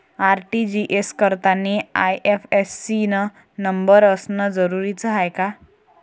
RTGS करतांनी IFSC न number असनं जरुरीच हाय का?